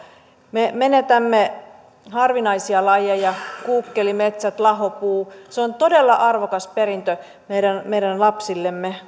me menetämme harvinaisia lajeja kuukkelimetsät lahopuu kaunis monimuotoinen luonto on todella arvokas perintö meidän meidän lapsillemme